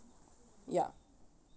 ya